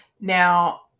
Now